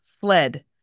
Fled